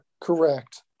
Correct